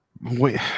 Wait